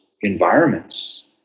environments